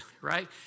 right